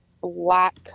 black